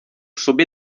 sobě